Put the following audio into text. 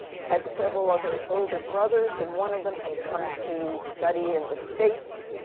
had several other older brothers and one of them had come to study in the states.